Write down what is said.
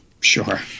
sure